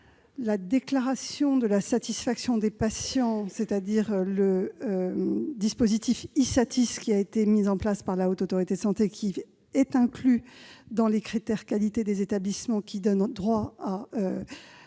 la déclaration sur la satisfaction des patients, c'est-à-dire le dispositif e-Satis, mis en place par la Haute Autorité de santé, lequel est inclus dans les critères de qualité des établissements donnant droit à